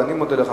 אז אני מודה לך,